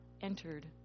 entered